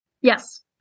yes